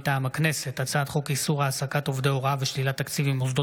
מטעם הכנסת: הצעת חוק איסור העסקת עובדי הוראה ושלילת תקציב ממוסדות